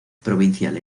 provincial